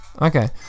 Okay